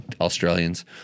Australians